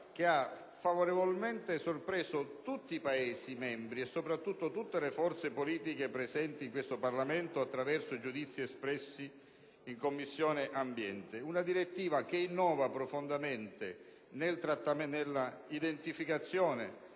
che ha favorevolmente sorpreso tutti i Paesi membri e soprattutto tutte le forze politiche presenti in questo Parlamento attraverso giudizi espressi in Commissione ambiente. La direttiva innova profondamente nell'identificazione